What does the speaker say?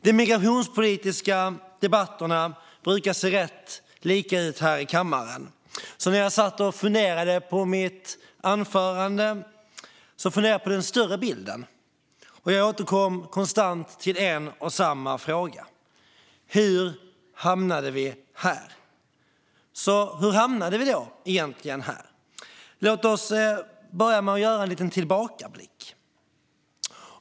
De migrationspolitiska debatterna brukar se rätt lika ut här i kammaren, så när jag satt och funderade på mitt anförande tänkte jag på den större bilden och återkom konstant till en och samma fråga: Hur hamnade vi här? Ja, hur hamnade vi egentligen här? Låt oss börja med att göra en liten tillbakablick.